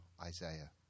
Isaiah